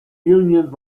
union